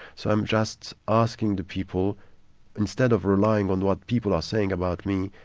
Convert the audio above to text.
so i'm just asking the people instead of relying on what people are saying about me,